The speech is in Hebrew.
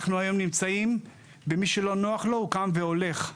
היום מי שלא נוח לו, קם והולך.